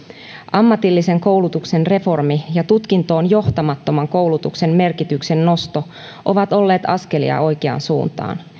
ammatillisen koulutuksen reformi ja tutkintoon johtamattoman koulutuksen merkityksen nosto ovat olleet askelia oikeaan suuntaan